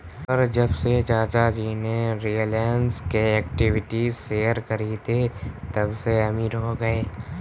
पर जब से चाचा जी ने रिलायंस के इक्विटी शेयर खरीदें तबसे अमीर हो गए